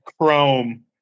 Chrome